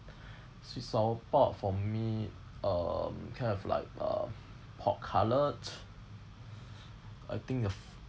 sweet sour pork for me um kind of like uh pork cutlet I think the